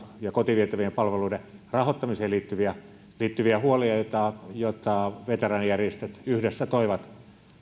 ja kotiin vietävien palveluiden rahoittamiseen liittyviä liittyviä huolia joita joita veteraanijärjestöt yhdessä toivat